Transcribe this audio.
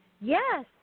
Yes